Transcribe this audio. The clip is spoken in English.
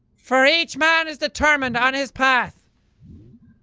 for each man is determined on his path